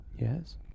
Yes